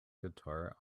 guitar